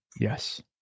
Yes